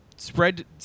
Spread